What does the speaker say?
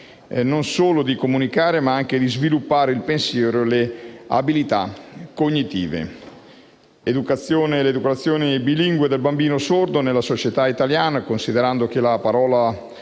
non solo di comunicare, ma anche di sviluppare il pensiero e le abilità cognitive. Occorre parlare dell'educazione bilingue del bambino sordo nella società italiana, considerando che la parola